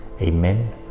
Amen